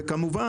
כמובן,